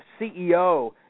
CEO